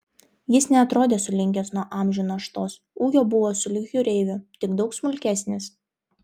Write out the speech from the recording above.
jis neatrodė sulinkęs nuo amžių naštos ūgio buvo sulig jūreiviu tik daug smulkesnis